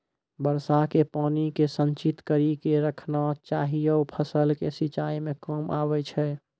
वर्षा के पानी के संचित कड़ी के रखना चाहियौ फ़सल के सिंचाई मे काम आबै छै?